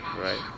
right